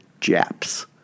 Japs